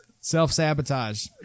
Self-sabotage